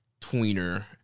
tweener